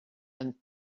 and